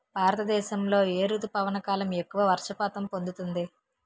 భారతదేశంలో ఏ రుతుపవన కాలం ఎక్కువ వర్షపాతం పొందుతుంది?